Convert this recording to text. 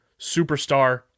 superstar